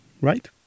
right